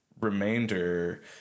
remainder